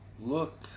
Look